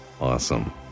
Awesome